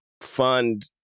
fund